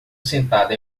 sentado